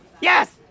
Yes